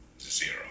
zero